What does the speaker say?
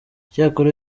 icyakora